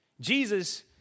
Jesus